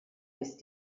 ist